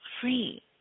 free